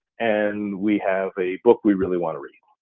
and we have a book we really wanna read.